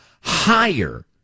higher